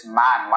man